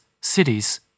cities